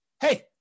hey